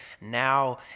Now